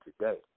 today